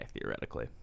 theoretically